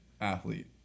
athlete